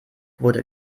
wurde